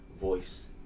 voice